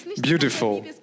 beautiful